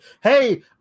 hey